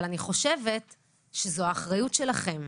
אבל אני חושבת שזו האחריות שלכם.